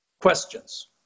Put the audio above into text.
Questions